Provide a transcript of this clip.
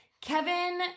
Kevin